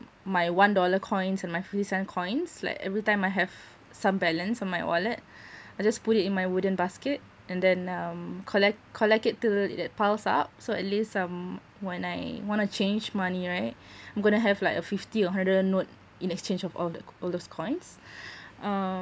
my one dollar coins and my fifty cent coins like every time I have some balance on my wallet I just put it in my wooden basket and then um collect collect it to that piles up so at least some when I want to change money right I'm gonna have like a fifty or hundred note in exchange of all the all those coins uh